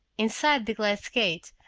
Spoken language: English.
inside the glass gate,